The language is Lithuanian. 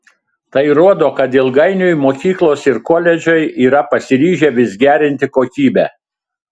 tai rodo kad ilgainiui mokyklos ir koledžai yra pasiryžę vis gerinti kokybę